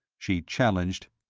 she challenged.